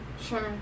Sure